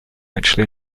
actually